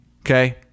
Okay